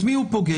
את מי הוא פוגש?